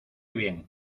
bien